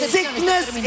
Sickness